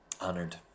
Honored